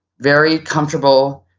very comfortable,